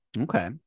Okay